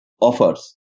offers